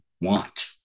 want